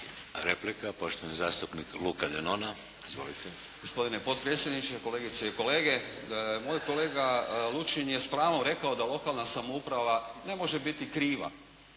Replika poštovani zastupnik Luka Denona. Izvolite. **Denona, Luka (SDP)** Gospodine potpredsjedniče, kolegice i kolege. Moj kolega Lučin je s pravom rekao da lokalna samouprava ne može biti kriva.